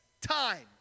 time